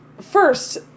First